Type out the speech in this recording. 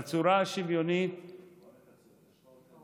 בצורה השוויונית, בוא נקצר.